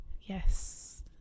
Yes